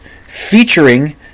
featuring